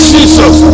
Jesus